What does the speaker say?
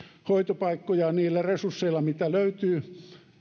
hoitopaikkoja niillä resursseilla mitä löytyy